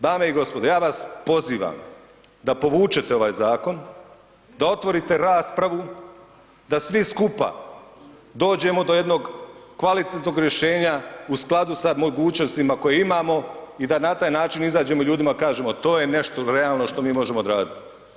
Dame i gospodo, ja vas pozivam da povučete ovaj zakon, da otvorite raspravu da svi skupa dođemo do jednog kvalitetnog rješenja u skladu sa mogućnostima koje imamo i da na taj način izađemo i ljudima kažemo to je nešto realno što mi možemo odraditi.